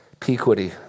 Pequity